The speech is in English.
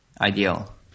ideal